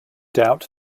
doubt